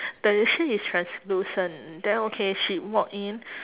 the shirt is translucent then okay she walk in